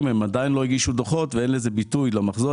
הם עדיין לא הגישו דוחות ואין ביטוי למחזור.